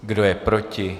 Kdo je proti?